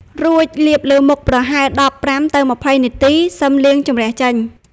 រួចលាបលើមុខប្រហែល ១៥ ទៅ ២០ នាទី សឹមលាងជម្រះចេញ។